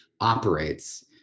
operates